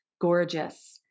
gorgeous